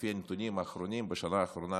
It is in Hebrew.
לפי הנתונים האחרונים בשנה האחרונה,